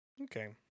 Okay